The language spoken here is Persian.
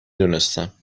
دونستم